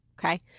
Okay